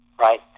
right